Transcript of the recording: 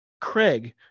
craig